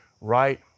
right